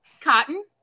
Cotton